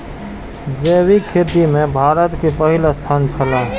जैविक खेती में भारत के पहिल स्थान छला